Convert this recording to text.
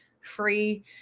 free